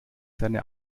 seine